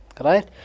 right